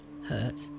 Hurt